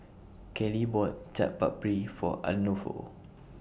Kaley bought Chaat Papri For Arnulfo